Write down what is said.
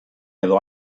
edo